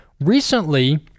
recently